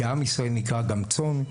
כי עם ישראל נקרא גם צאן,